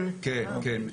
כן, כן.